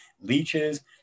leeches